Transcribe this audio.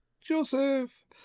Joseph